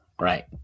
Right